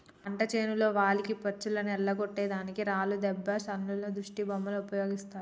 పంట చేనులో వాలిన పచ్చులను ఎల్లగొట్టే దానికి రాళ్లు దెబ్బ సప్పుల్లో దిష్టిబొమ్మలు ఉపయోగిస్తారు